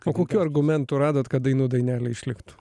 o kokių argumentų radot kad dainų dainelė išliktų